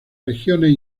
regiones